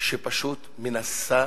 שפשוט מנסה